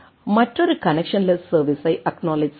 மற்றொரு கனெக்ட்சன்லெஸ் சர்வீஸ்ஸை அக்நாலெட்ஜ் செய்யுங்கள்